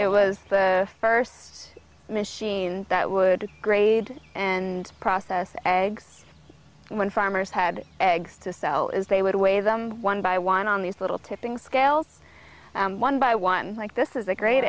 it was the first machine that would grade and process eggs when farmers had eggs to sell is they would weigh them one by one on these little tipping scales one by one like this is a great